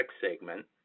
segment